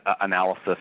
analysis